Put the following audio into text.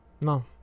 No